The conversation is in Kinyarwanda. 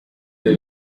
yayo